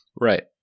right